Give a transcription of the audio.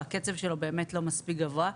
הקצב שלו באמת לא מספיק גבוה,